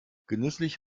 genüsslich